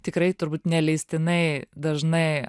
tikrai turbūt neleistinai dažnai